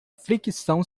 fricção